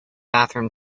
bathroom